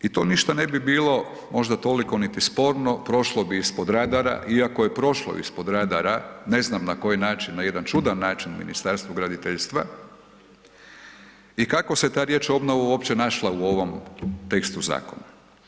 I to ništa ne bi bilo možda toliko niti sporno, prošlo bi ispod radara, iako je prošlo ispod radara, ne znam na koji način, na jedan čudan način Ministarstvu graditeljstva i kako se ta riječ obnova uopće našla u ovom tekstu zakona.